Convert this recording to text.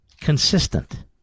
consistent